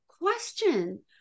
question